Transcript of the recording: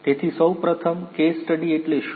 તેથી સૌ પ્રથમ કેસ સ્ટડી એટલે શું